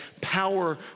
power